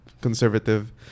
conservative